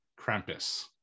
Krampus